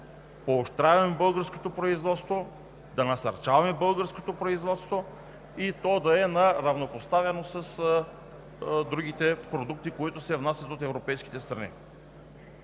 поощряваме българското производство, да насърчаваме българското производство и то да е равнопоставено с другите продукти, които се внасят от европейските страни.